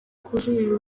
kujuririra